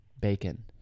Bacon